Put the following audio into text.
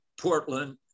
Portland